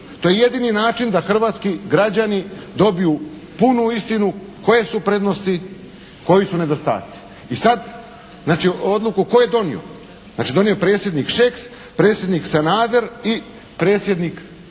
To je jedini način da hrvatski građani dobiju punu istinu koje su prednosti, koji su nedostaci. I sada znači odluku tko je donio. Znači donio predsjednik Šeks, predsjednik Sanader i predsjednik Mesić.